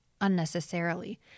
unnecessarily